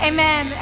Amen